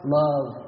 love